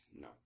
no